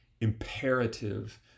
imperative